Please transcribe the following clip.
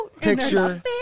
picture